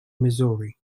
missouri